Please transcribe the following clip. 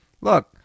look